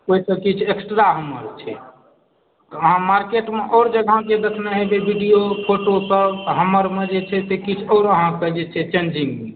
ओहिसँ किछु एक्स्ट्रा हमर छै अहाँ मार्केटमे आओर जगह जे देखने हेबै विडिओ फोटो सभ हमरमे जे छै से किछु और अहाँके चेन्जिंग मिलत